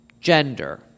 gender